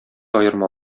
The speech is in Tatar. аерма